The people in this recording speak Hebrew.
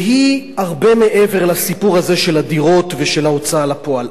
והיא הרבה מעבר לסיפור הזה של הדירות ושל ההוצאה לפועל.